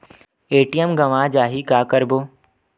ATM गवां जाहि का करबो?